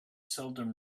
seldom